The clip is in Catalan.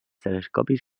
telescopis